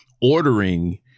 ordering